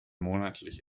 monatlich